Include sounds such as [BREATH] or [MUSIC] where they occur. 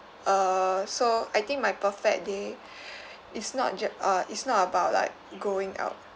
err so I think my perfect day [BREATH] is not jus~ uh is not about like going out